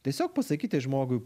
tiesiog pasakyti žmogui